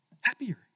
happier